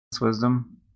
wisdom